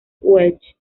welch